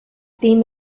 theme